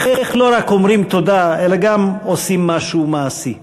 איך לא רק אומרים תודה אלא גם עושים משהו מעשי?